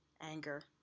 anger